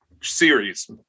series